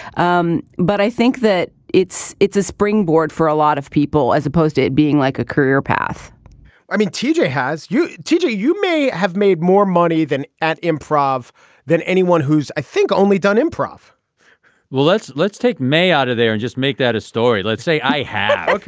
um but i think that it's it's a springboard for a lot of people as opposed to it being like a career path i mean t j. has you t j. you may have made more money than at improv than anyone who's i think only done improv well let's let's take me out of there and just make that a story let's say i had